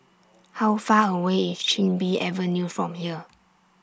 How Far away IS Chin Bee Avenue from here